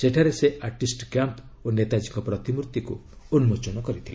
ସେଠାରେ ସେ artist camp ଓ ନେତାକୀଙ୍କ ପ୍ରତିମୂର୍ତ୍ତିକୁ ଉନ୍ମୋଚନ କରିଥିଲେ